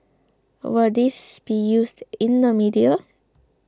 will this be used in the media